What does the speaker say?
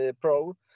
pro